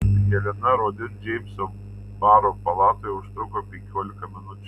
helena rodin džeimso baro palatoje užtruko penkiolika minučių